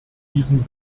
diesen